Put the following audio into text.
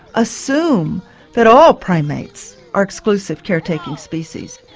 assume that all primates are exclusive care taking species.